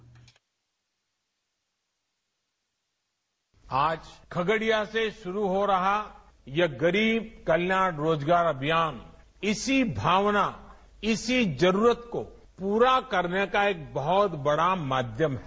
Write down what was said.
bite आज खगडिया से शुरू हो रहा यह गरीब कल्याण रोजगार अभियान इसी भावना इसी जरूरत को पूरा करने का बहुत बड़ा माध्यम है